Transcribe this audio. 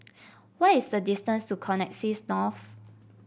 what is the distance to Connexis North